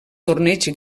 torneig